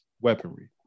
weaponry